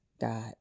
God